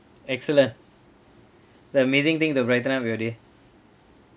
excellent the amazing thing that brighten up your day